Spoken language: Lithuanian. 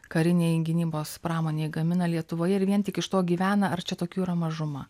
karinei gynybos pramonei gamina lietuvoje ir vien tik iš to gyvena ar čia tokių yra mažuma